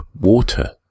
water